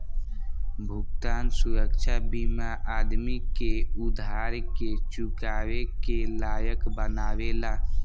भुगतान सुरक्षा बीमा आदमी के उधार के चुकावे के लायक बनावेला